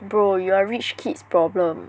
bro you are rich kids problem